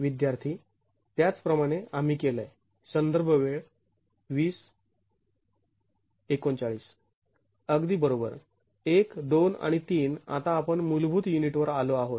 विद्यार्थी त्याच प्रमाणे आम्ही केलंय संदर्भ वेळ २०३९ अगदी बरोबर १ २ आणि ३ आता आपण मूलभूत युनिटवर आलो आहोत